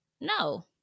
no